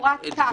"חבורת קש".